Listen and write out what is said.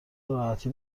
راحتی